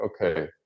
okay